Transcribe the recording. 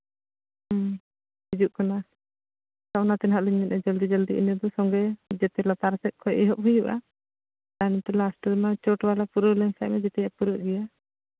ᱦᱮᱸ ᱦᱤᱡᱩᱜ ᱠᱟᱱᱟ ᱚᱱᱟ ᱛᱮ ᱦᱟᱸᱜ ᱞᱤᱧ ᱢᱮᱱᱫᱟ ᱡᱚᱞᱫᱤ ᱡᱚᱞᱫᱤ ᱤᱱᱟᱹ ᱠᱚ ᱥᱚᱸᱜᱮ ᱥᱚᱸᱜᱮ ᱡᱟᱛᱮ ᱞᱟᱛᱟᱨ ᱥᱮᱫ ᱠᱷᱚᱱ ᱮᱦᱚᱵ ᱦᱩᱭᱩᱜᱼᱟ ᱯᱞᱟᱥᱴᱟᱨ ᱢᱟ ᱪᱚᱴ ᱵᱟᱞᱮ ᱯᱩᱨᱟᱹᱣ ᱞᱮᱱᱠᱷᱟᱱ ᱢᱟ ᱡᱮᱛᱮᱭᱟᱜ ᱯᱩᱨᱟᱹᱣ ᱜᱮᱭᱟ